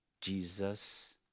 Jesus